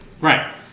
Right